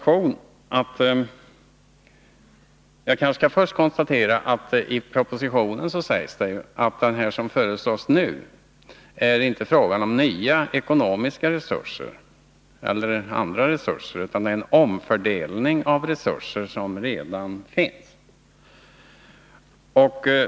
I propositionen sägs att det som nu föreslås inte är fråga om nya ekonomiska resurser eller andra resurser, utan det är fråga om en omfördelning av resurser som redan finns.